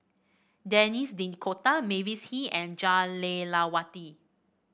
Denis D'Cotta Mavis Hee and Jah Lelawati